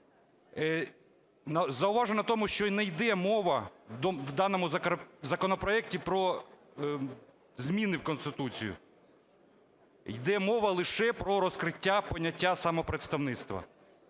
Зауважу на тому, що не йде мова в даному законопроекті про зміни в Конституції, йде мова лише про розкриття поняття "самопредставництва".